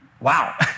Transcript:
wow